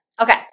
Okay